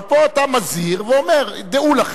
אבל פה אתה מזהיר ואומר: דעו לכם,